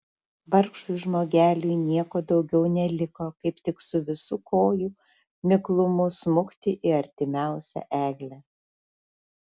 vargšui žmogeliui nieko daugiau neliko kaip tik visu kojų miklumu smukti į artimiausią eglę